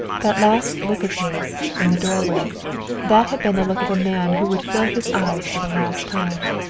that last look of his, from the doorway that had been the look of a man who would fill his eyes for the last time.